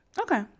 Okay